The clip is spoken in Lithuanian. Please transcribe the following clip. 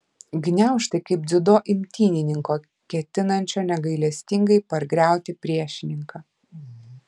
gniaužtai kaip dziudo imtynininko ketinančio negailestingai pargriauti priešininką